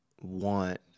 want